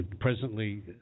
Presently